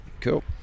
cool